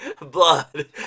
Blood